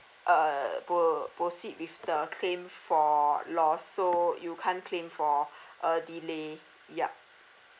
uh pro~ proceed with the claim for loss so you can't claim for a delay yup